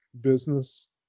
Business